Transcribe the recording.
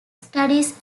studies